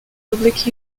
public